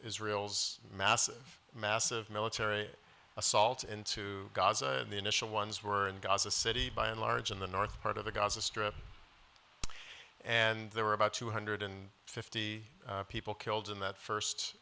israel's massive massive military assault into gaza and the initial ones were in gaza city by and large in the north part of the gaza strip and there were about two hundred and fifty people killed in that